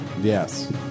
Yes